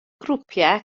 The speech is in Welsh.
grwpiau